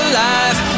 life